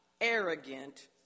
arrogant